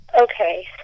Okay